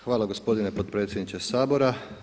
Hvala gospodine potpredsjedniče Sabora.